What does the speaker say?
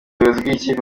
ubuyobozi